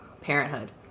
parenthood